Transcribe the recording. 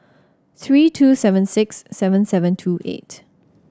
three two seven six seven seven two eight